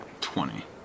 Twenty